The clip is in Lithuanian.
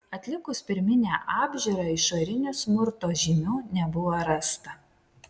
atlikus pirminę apžiūrą išorinių smurto žymių nebuvo rasta